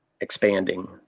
expanding